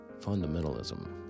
fundamentalism